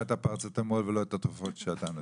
את הפרוצטמול ולא את התרופות שאתה נותן.